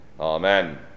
Amen